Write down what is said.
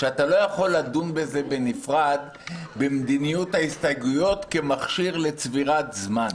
שאתה לא יכול לדון במדיניות ההסתייגויות בנפרד כמכשיר לצבירת זמן.